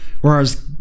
whereas